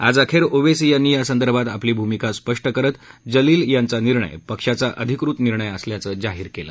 आज अखेर ओवेसी यांनी यासंदर्भात आपली भूमिका स्पष्ट करत जलील यांचा निर्णय पक्षाचा अधिकृत निर्णय असल्याचं जाहीर केलं